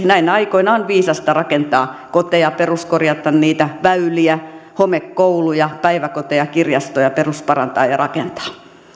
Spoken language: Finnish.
näinä aikoina on viisasta rakentaa koteja peruskorjata niitä väyliä homekouluja päiväkoteja kirjastoja perusparantaa ja rakentaa